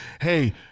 Hey